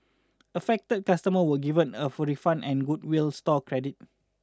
affected customers were given a full refund and goodwill store credit